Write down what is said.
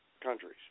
countries